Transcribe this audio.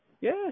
Yes